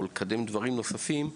או לקדם דברים נוספים,